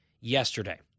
yesterday